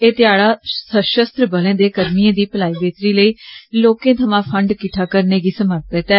एह ध्याड़ा सषस्त्र बलें दे कर्मिएं दी भलाई बेहतरी लेई लोकें थमां फंड किट्ठा करने गी समर्पित ऐ